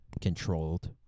controlled